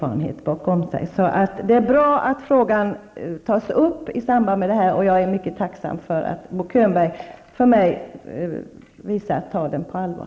Det är alltså bra att frågan tas upp i samband med detta, och jag är mycket tacksam för att Bo Könberg för mig har visat att han tar denna fråga på allvar.